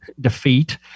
defeat